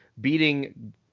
beating